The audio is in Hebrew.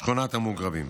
שכונת המוגרבים.